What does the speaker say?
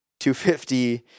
250